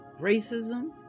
racism